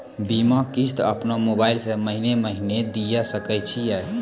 बीमा किस्त अपनो मोबाइल से महीने महीने दिए सकय छियै?